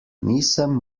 nisem